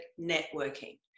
networking